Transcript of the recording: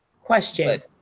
Question